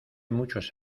muchos